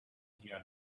here